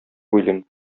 уйлыйм